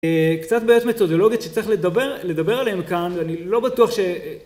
קצת בעת מתודולוגיות שצריך לדבר עליהן כאן ואני לא בטוח ש...